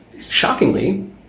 shockingly